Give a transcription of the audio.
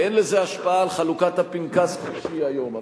ואין לזה השפעה על חלוקת הפנקס כפי שהיא היום.